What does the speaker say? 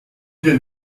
hier